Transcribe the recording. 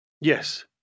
Yes